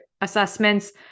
assessments